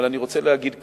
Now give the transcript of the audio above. אבל אני רוצה להגיד כאן: